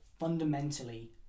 Fundamentally